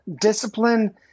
discipline